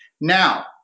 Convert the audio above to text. Now